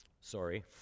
Sorry